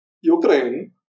Ukraine